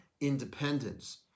independence